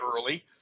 early